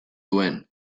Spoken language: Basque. duen